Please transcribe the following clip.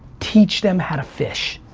teach them how to fish.